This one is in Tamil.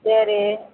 சரி